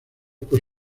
por